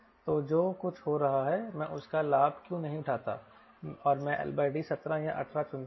तो जो कुछ हो रहा है मैं उसका लाभ क्यों नहीं उठाता और मैं LD 17 या 18 चुनता हूं